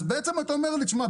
אז בעצם אתה אומר לי: תשמע,